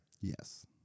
yes